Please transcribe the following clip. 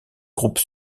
groupe